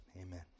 Amen